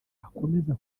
akomeza